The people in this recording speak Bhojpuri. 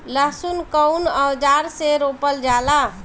लहसुन कउन औजार से रोपल जाला?